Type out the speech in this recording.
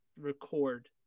record